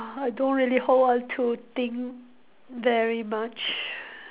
I don't really hold on to thing very much